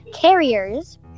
carriers